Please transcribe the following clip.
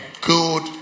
good